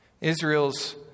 Israel's